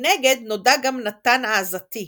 מנגד נודע גם נתן העזתי,